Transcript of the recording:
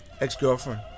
ex-girlfriend